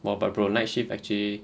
!wah! but bro night night shift actually